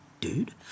dude